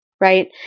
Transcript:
right